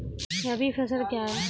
रबी फसल क्या हैं?